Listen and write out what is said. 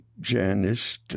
Janice